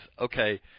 okay